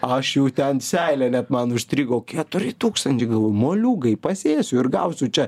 aš jau ten seilė net man užstrigo keturi tūkstančiai galvoju moliūgai pasėsiu ir gausiu čia